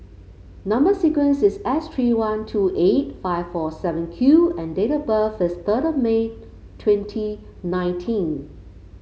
number sequence is S three one two eight five four seven Q and date of birth is third of May twenty nineteen